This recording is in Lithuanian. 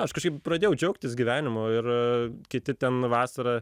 aš kažkaip pradėjau džiaugtis gyvenimu ir kiti ten vasarą